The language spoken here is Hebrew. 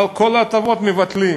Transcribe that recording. אבל את כל ההטבות מבטלים.